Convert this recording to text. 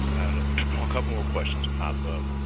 had a couple more questions pop up.